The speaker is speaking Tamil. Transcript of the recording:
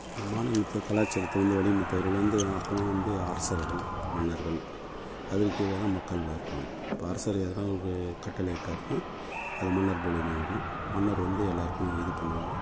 மாநில கலாச்சாரத்தை வந்து வடிவமைத்தவர்கள் வந்து அப்போதெலாம் வந்து அரசர்கள் மன்னர்கள் அதன்பிறகு தான் மக்களெலாம் இருப்பாங்க இப்போ அரசர் எதுனா ஒரு கட்டளை இட்டாருன்னால் அது மன்னர் மூலயமா வரும் மன்னர் வந்து எல்லாருக்கும் இது பண்ணணும்